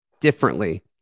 differently